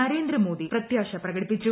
നരേന്ദ്രമോദി പ്രത്യാശ പ്രകടിപ്പിച്ചു